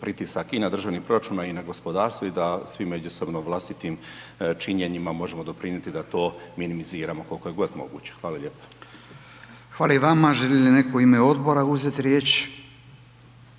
pritisak i na državni proračun i na gospodarstvo i da svi međusobno vlastitim činjenjima možemo doprinijeti da to minimiziramo koliko je god moguće. Hvala lijepa. **Radin, Furio (Nezavisni)** Hvala i vama. Želi li neko u ime odbora uzeti riječ?